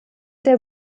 der